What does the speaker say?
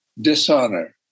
dishonor